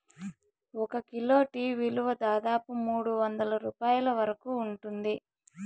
ఒక kilo tea విలువ దాదాపు మూడువందల రూపాయల వరకు ఉంటుంది